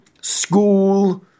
school